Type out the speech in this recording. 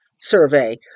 survey